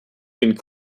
den